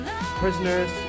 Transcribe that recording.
prisoners